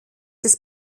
des